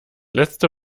letzte